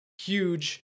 huge